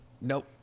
nope